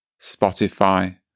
Spotify